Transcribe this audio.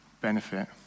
benefit